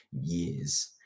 years